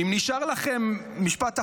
אם נשאר לכם, משפט אחרון,